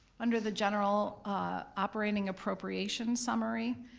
under the general ah operating appropriations summary.